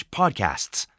podcasts